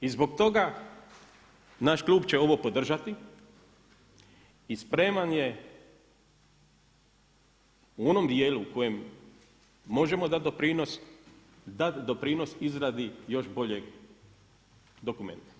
I zbog toga naš klub će ovo podržati i spreman je u onom dijelu u kojem možemo dati doprinos, dat doprinos izradi još boljeg dokumenta.